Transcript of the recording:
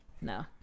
no